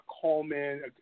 Coleman